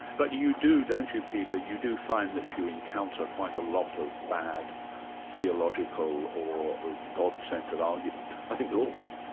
but you do, don't you, peter, you do find that you encounter quite a lot of bad theological or god-centred argument? i think they're all bad.